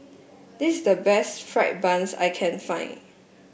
this is the best fried bun that I can find